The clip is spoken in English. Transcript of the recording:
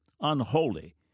unholy